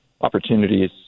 opportunities